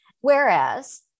whereas